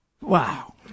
Wow